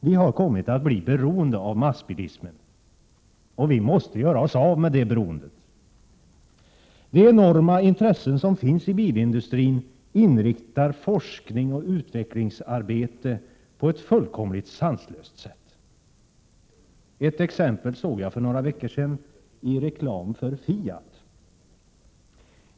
Vi har kommit att bli beroende av massbilismen, och vi måste göra oss av med det beroendet. De enorma intressen som finns i bilindustrin inriktar forskningsoch utvecklingsarbetet på ett fullkomligt sanslöst sätt. Ett exempel såg jag för några veckor sedan i reklamen för Fiat.